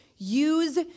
Use